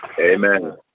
Amen